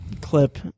clip